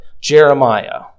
Jeremiah